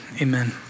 amen